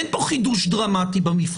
אין פה חידוש דרמטי במבחן.